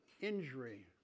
injury